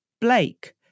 Blake